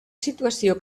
situació